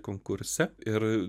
konkurse ir